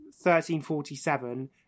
1347